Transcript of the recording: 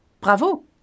Bravo